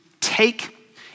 Take